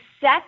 set